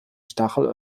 stachel